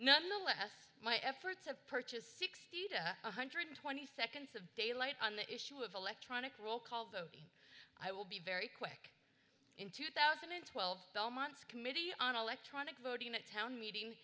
none the less my efforts have purchased sixty to one hundred twenty seconds of daylight on the issue of electronic roll call vote i will be very quick in two thousand and twelve belmont's committee on electronic voting at town meeting